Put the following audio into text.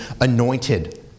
anointed